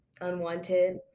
unwanted